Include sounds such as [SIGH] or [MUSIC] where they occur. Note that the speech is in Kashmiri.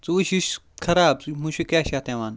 ژٕ وٕچھِ [UNINTELLIGIBLE] خراب ژٕ وٕچھ مشک کیٛاہ چھِ اَتھ یِوان